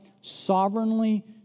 sovereignly